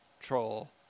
troll